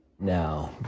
Now